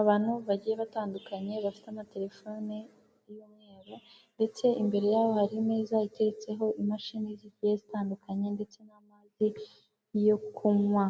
Abantu bagiye batandukanye bafite amatelefone y'umweru, ndetse imbere yaho hari imeza iteretse ho imashini zigiye zitandukanye ndetse n'amazi yo kunywa.